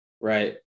Right